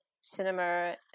cinema